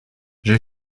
j’ai